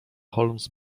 holmes